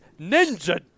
Ninja